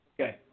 Okay